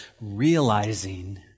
realizing